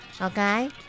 Okay